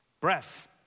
breath